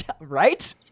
Right